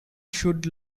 should